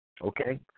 okay